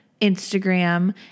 Instagram